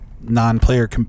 non-player